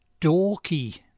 dorky